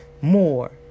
more